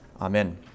Amen